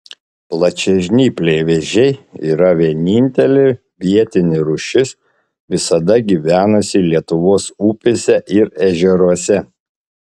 plačiažnypliai vėžiai yra vienintelė vietinė rūšis visada gyvenusi lietuvos upėse ir ežeruose